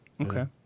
Okay